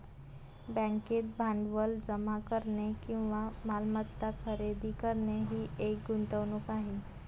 बँकेत भांडवल जमा करणे किंवा मालमत्ता खरेदी करणे ही एक गुंतवणूक आहे